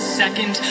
second